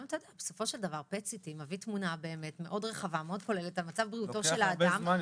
ובסופו של דבר הוא מביא תמונה מאוד רחבה וכוללת על מצב בריאותו של האדם.